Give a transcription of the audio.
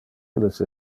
illes